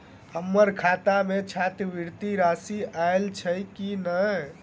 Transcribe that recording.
हम्मर खाता मे छात्रवृति राशि आइल छैय की नै?